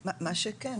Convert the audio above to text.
מה שכן,